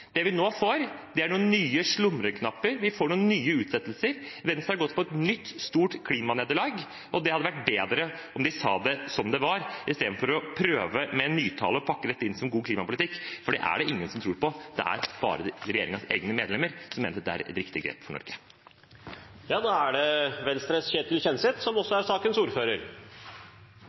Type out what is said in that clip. Det vi nå får, er noen nye slumreknapper. Vi får noen nye utsettelser. Venstre har gått på et nytt stort klimanederlag, og det hadde vært bedre om de sa det som det var, istedenfor å prøve med nytale og pakke dette inn som god klimapolitikk, for det er det ingen som tror på. Det er bare regjeringens egne medlemmer som mener dette er et riktig grep for Norge. Faktum er at Norge kutter utslipp, og det er jeg glad for at Venstre er med på å gjennomføre. Dette er